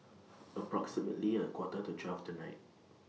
approximately A Quarter to twelve tonight